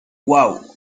uau